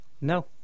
No